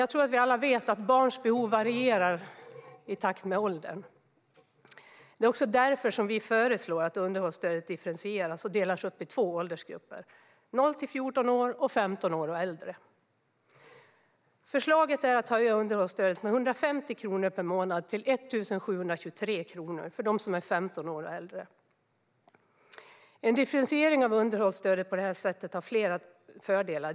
Jag tror att vi alla vet att barns behov varierar i takt med åldern. Det är också därför som vi föreslår att underhållsstödet differentieras och delas upp i två åldersgrupper, 0-14 år och 15 år och äldre. Förslaget är att höja underhållsstödet med 150 kronor per månad till 1 723 kronor för dem som är 15 år och äldre. En differentiering av underhållsstödet har flera fördelar.